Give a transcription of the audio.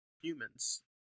humans